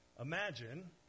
imagine